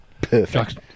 perfect